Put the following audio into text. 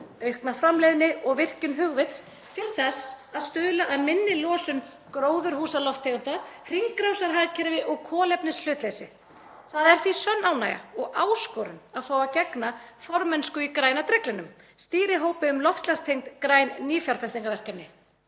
aukna framleiðni og virkjun hugvits til þess að stuðla að minni losun gróðurhúsalofttegunda, hringrásarhagkerfi og kolefnishlutleysi. Það er því sönn ánægja og áskorun að fá að gegna formennsku í Græna dreglinum, stýrihópi um loftslagstengd græn nýfjárfestingarverkefni.